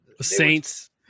Saints